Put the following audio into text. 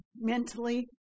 mentally